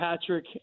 Patrick